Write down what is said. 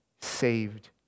saved